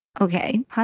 Okay